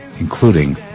including